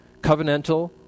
covenantal